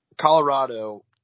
Colorado